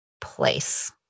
place